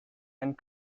and